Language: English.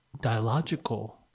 dialogical